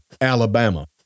Alabama